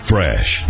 Fresh